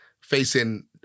facing